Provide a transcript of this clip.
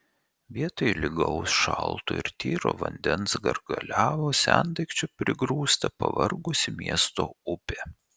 vietoj lygaus šalto ir tyro vandens gargaliavo sendaikčių prigrūsta pavargusi miesto upė